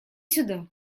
сюда